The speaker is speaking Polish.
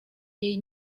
jej